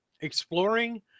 exploring